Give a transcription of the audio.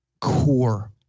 core